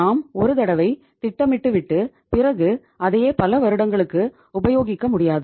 நாம் ஒரு தடவை திட்டமிட்டு விட்டு பிறகு அதையே பல வருடங்களுக்கு உபயோகிக்க முடியாது